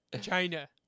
China